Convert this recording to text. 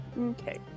Okay